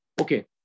okay